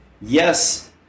yes